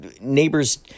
neighbors